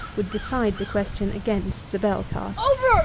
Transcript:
would decide the question against the bell-casks.